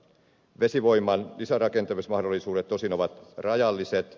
vesivoiman lisärakentamismahdollisuudet tosin ovat rajalliset